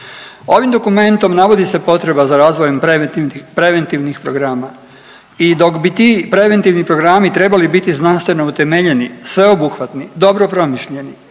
Ovim dokumentom navodi se potreba za razvojem preventivnih programa i dok bi ti preventivni programi trebali biti znanstveno utemeljeni, sveobuhvatni, dobro promišljeni,